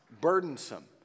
burdensome